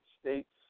States